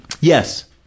Yes